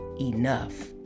enough